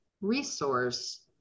resource